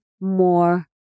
more